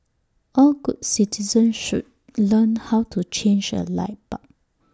all good citizens should learn how to change A light bulb